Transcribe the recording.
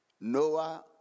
Noah